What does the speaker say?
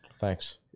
thanks